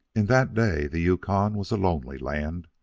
in that day the yukon was a lonely land.